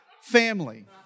family